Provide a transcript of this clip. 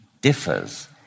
differs